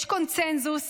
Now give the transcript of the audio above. יש קונסנזוס